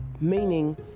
Meaning